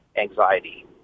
anxiety